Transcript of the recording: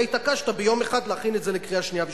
אתה התעקשת ביום אחד להכין את זה לקריאה שנייה ושלישית.